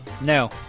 No